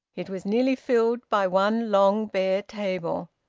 it was nearly filled by one long bare table.